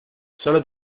solo